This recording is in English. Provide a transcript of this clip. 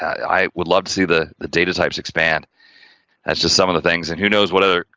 i would love to see the the data types expand that's just some of the things and who knows what other,